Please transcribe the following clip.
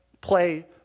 play